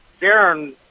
Darren